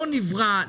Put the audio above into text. לא נברא,